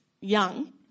young